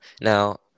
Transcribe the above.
Now